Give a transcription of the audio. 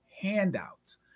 handouts